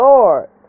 Lord